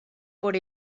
por